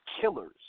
killers